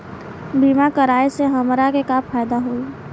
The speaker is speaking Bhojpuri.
बीमा कराए से हमरा के का फायदा होई?